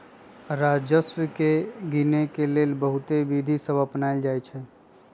राजस्व के गिनेके लेल बहुते विधि सभ अपनाएल जाइ छइ